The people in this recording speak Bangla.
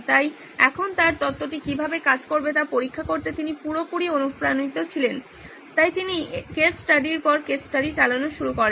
তাই এখন তার তত্ত্বটি কীভাবে কাজ করবে তা পরীক্ষা করতে তিনি পুরোপুরি অনুপ্রাণিত ছিলেন তাই তিনি কেস স্টাডির পর কেস স্টাডি চালানো শুরু করলেন